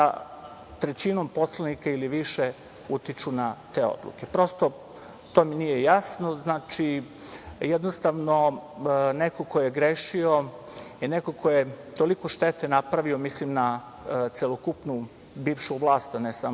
trećinom poslanika, ili više, utiču na te odluke? Prosto, to mi nije jasno. Jednostavno, neko ko je grešio, neko ko je toliko štete napravio, mislim na celokupnu bivšu vlast, a ne samo